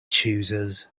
choosers